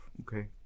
okay